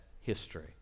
history